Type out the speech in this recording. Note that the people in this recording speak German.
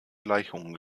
gleichungen